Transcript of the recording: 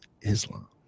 Islam